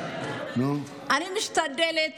אני משתדלת